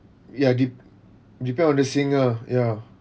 ya de~ depend on the singer ya